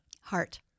Heart